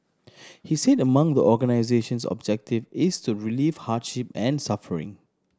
he said among the organisation's objective is to relieve hardship and suffering